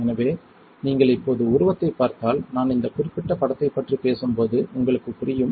எனவே நீங்கள் இப்போது உருவத்தைப் பார்த்தால் நான் இந்த குறிப்பிட்ட படத்தைப் பற்றி பேசும்போது உங்களுக்குப் புரியும்